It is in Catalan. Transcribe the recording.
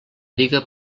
diga